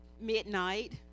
midnight